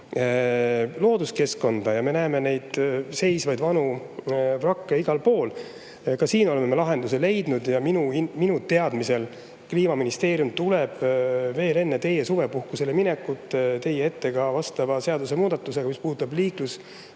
looduskeskkonda, ja me näeme seisvaid vanu vrakke igal pool? Ka siin me oleme lahenduse leidnud. Minu teadmisel tuleb Kliimaministeerium veel enne teie suvepuhkusele minekut teie ette vastava seadusemuudatusega, mis puudutab liiklusseaduse